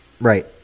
Right